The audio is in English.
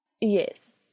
Yes